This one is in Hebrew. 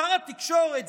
שר התקשורת,